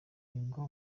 nibwo